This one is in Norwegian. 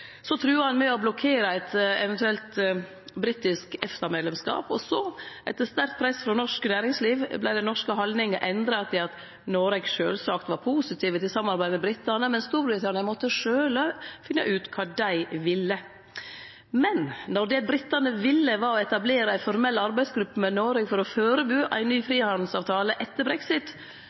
Så trua ein med å blokkere eit eventuelt britisk EFTA-medlemskap, og så – etter sterkt press frå norsk næringsliv– vart den norske haldninga endra til at Noreg sjølvsagt var positive til samarbeid med britane, men Storbritannia måtte sjølv finne ut kva dei ville. Men då det britane ville var å etablere ei formell arbeidsgruppe med Noreg for å førebu ein ny frihandelsavtale etter